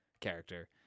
character